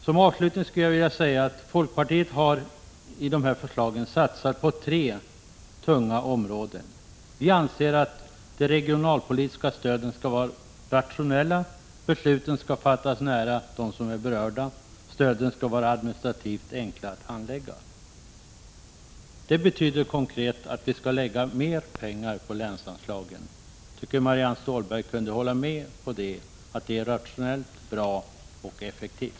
Som avslutning skulle jag vilja säga att folkpartiet i sina förslag har satsat på tre tunga områden: Vi anser att de regionalpolitiska stöden skall vara rationella. Besluten skall fattas nära dem som är berörda. Stöden skall vara administrativt enkla att handlägga. Det betyder konkret att vi vill lägga mer pengar på länsanslagen. Jag tycker att Marianne Stålberg borde kunna hålla med om att detta är rationellt, bra och effektivt.